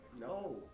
No